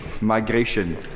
migration